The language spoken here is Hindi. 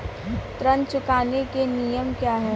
ऋण चुकाने के नियम क्या हैं?